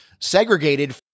segregated